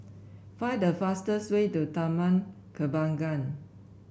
find the fastest way to Taman Kembangan